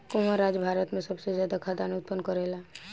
कवन राज्य भारत में सबसे ज्यादा खाद्यान उत्पन्न करेला?